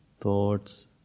thoughts